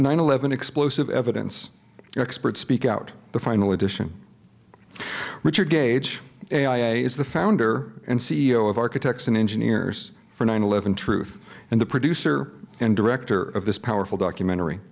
nine eleven explosive evidence experts speak out the final edition richard gage a i a is the founder and c e o of architects and engineers for nine eleven truth and the producer and director of this powerful documentary